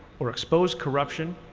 or expose corruption,